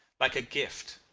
like a gift,